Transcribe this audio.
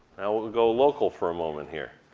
we'll we'll go local for a moment here.